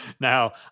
Now